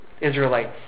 Israelites